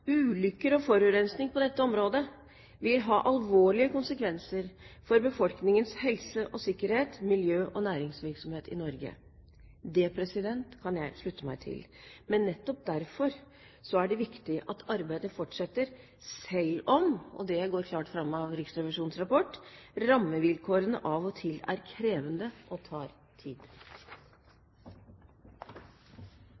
og forurensning på dette området vil ha alvorlige konsekvenser for befolkningens helse og sikkerhet, miljø og næringsinteresser i Norge.» Det kan jeg slutte meg til. Nettopp derfor er det viktig at arbeidet fortsetter, selv om – og det går klart fram av Riksrevisjonens rapport – rammevilkårene av og til er krevende og tar tid.